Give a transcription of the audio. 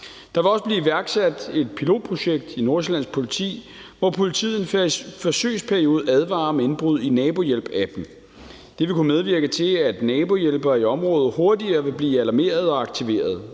Der vil også blive iværksat et pilotprojekt i Nordsjællands Politi, hvor politiet i en forsøgsperiode advarer om indbrud i nabohjælp-appen. Det vil kunne medvirke til, at nabohjælpere i området hurtigere vil blive alarmeret og aktiveret,